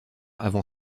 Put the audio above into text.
avant